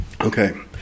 okay